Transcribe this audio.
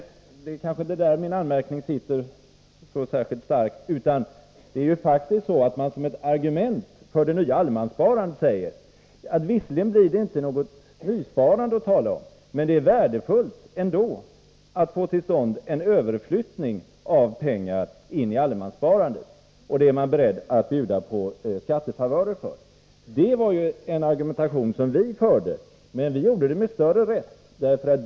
Därför är denna anmärkning inte så särskilt stark. Såsom ett argument för det nya allemanssparandet anför man att det visserligen inte blir något nysparande att tala om, men att det ändå är värdefullt att få till stånd en överflyttning av pengar till allemanssparandet. Därför är man beredd att bjuda på skattefavörer. Det är ju samma argumentation som vi förde, men vi gjorde det med större rätt.